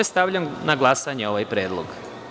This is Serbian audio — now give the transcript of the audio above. Stavljam na glasanje ovaj predlog.